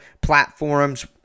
platforms